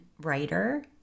writer